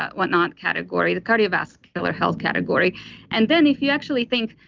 whatnot category, the cardiovascular health category and then if you actually think,